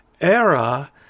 era